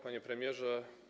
Panie Premierze!